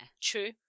True